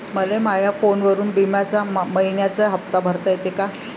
मले माया फोनवरून बिम्याचा मइन्याचा हप्ता भरता येते का?